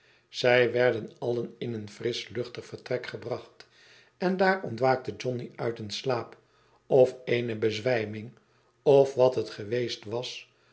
zij werden allen in een frisch luchtig vertrek gebracht en daar ontwaakte johnny uit een slaap of eene bezwijming of wat het geweest was